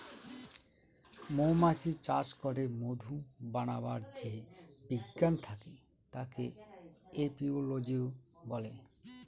মৌমাছি চাষ করে মধু বানাবার যে বিজ্ঞান থাকে তাকে এপিওলোজি বলে